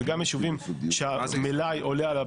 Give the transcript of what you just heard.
זה גם יישובים שהמלאי עולה על הביקוש.